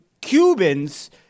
Cubans